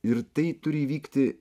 ir tai turi įvykti